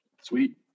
sweet